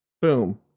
Boom